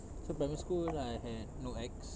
so primary school I had no ex